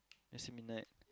I see midnight